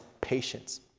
patience